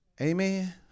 amen